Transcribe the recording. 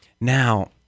Now